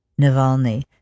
Navalny